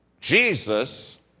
Jesus